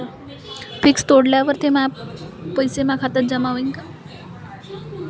Fix तोडल्यावर ते पैसे माया खात्यात जमा होईनं का?